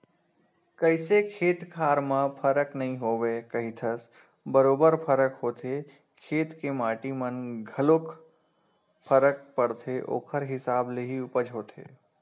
कइसे खेत खार म फरक नइ होवय कहिथस बरोबर फरक होथे खेत के माटी मन म घलोक फरक परथे ओखर हिसाब ले ही उपज होथे